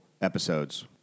episodes